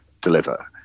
deliver